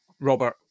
Robert